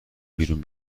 بیرون